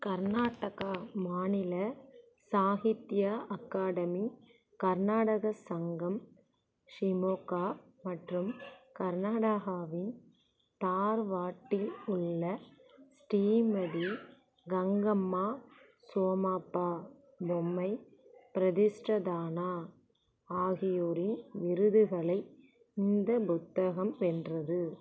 கர்நாடகா மாநில சாகித்யா அகாடமி கர்நாடக சங்கம் ஷிமோகா மற்றும் கர்நாடகாவின் தார்வாட்டில் உள்ள ஸ்ரீமதி கங்கம்மா சோமாப்பா பொம்மை பிரதிஷ்டதானா ஆகியோரின் விருதுகளை இந்த புத்தகம் வென்றது